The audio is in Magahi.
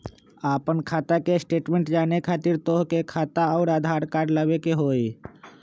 आपन खाता के स्टेटमेंट जाने खातिर तोहके खाता अऊर आधार कार्ड लबे के होइ?